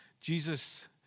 Jesus